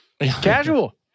casual